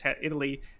Italy